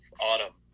autumn